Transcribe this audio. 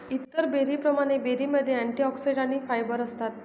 इतर बेरींप्रमाणे, बेरीमध्ये अँटिऑक्सिडंट्स आणि फायबर असतात